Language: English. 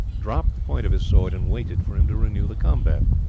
dropped the point of his sword and waited for him to renew the combat.